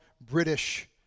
British